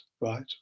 right